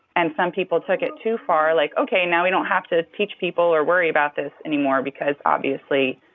and some people took it too far, like, ok, now we don't have to teach people or worry about this anymore because, obviously,